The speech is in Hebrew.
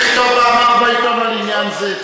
חבר הכנסת לוין, תכתוב מאמר בעיתון על עניין זה.